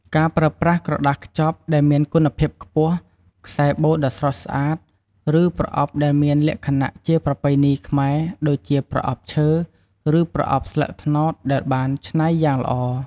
ការប្រើប្រាស់ក្រដាសខ្ចប់ដែលមានគុណភាពខ្ពស់ ខ្សែបូដ៏ស្រស់ស្អាត ឬប្រអប់ដែលមានលក្ខណៈជាប្រពៃណីខ្មែរ (ដូចជាប្រអប់ឈើ ឬប្រអប់ស្លឹកត្នោតដែលបានច្នៃយ៉ាងល្អ)។